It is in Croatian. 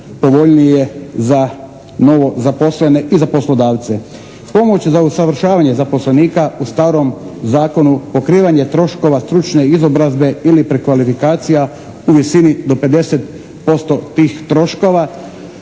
povoljnije za novo zaposlene i za poslodavce. Pomoć za usavršavanje zaposlenika u starom zakonu, pokrivanje troškova stručne izobrazbe ili prekvalifikacija u visini do 50% tih troškova.